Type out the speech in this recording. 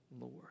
Lord